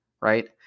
Right